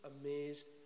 amazed